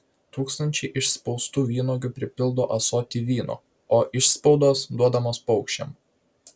tūkstančiai išspaustų vynuogių pripildo ąsotį vyno o išspaudos duodamos paukščiams